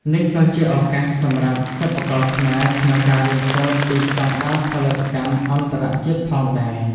នេះក៏ជាឱកាសសម្រាប់សិប្បករខ្មែរក្នុងការរៀនសូត្រពីស្តង់ដារផលិតកម្មអន្តរជាតិផងដែរ។